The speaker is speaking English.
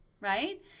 right